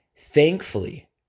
thankfully